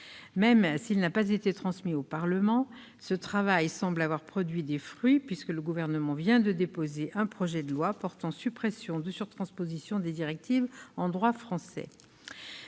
Bien qu'il n'ait pas été transmis au Parlement, ce travail semble avoir produit des fruits, puisque le Gouvernement vient de déposer un projet de loi portant suppression de surtranspositions de directives européennes en droit français.